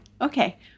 Okay